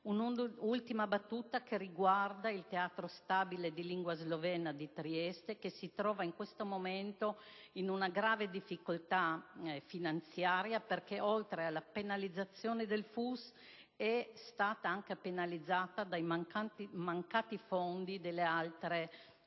un'ultima considerazione riguardante il Teatro stabile di lingua slovena di Trieste, che si trova in questo momento in una grave difficoltà finanziaria, perché oltre alla penalizzazione del FUS è stato anche penalizzato dai mancati contributi delle altre autonomie